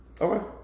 Okay